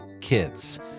kids